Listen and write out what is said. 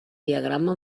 diagrama